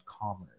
commerce